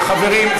חברים,